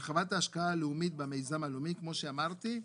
הרחבת ההשקעה הלאומית במיזם הלאומי, כמו שאמרתי.